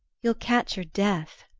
you'll catch your death.